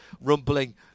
rumbling